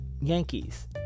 yankees